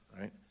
right